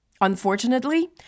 Unfortunately